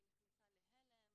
היא נכנסה להלם.